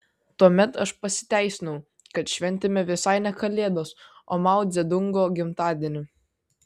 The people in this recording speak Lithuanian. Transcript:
tuomet aš pasiteisinau kad šventėme visai ne kalėdas o mao dzedungo gimtadienį